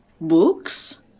Books